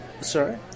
Sorry